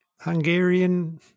Hungarian